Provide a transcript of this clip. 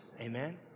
Amen